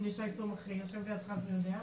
הינה שי סומך יושב לידך ויודע.